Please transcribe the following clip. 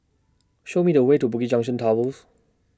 Show Me The Way to Bugis Junction Towers